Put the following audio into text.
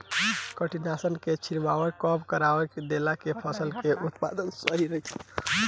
कीटनाशक के छिड़काव कब करवा देला से फसल के उत्पादन सही रही?